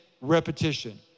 repetition